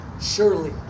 Surely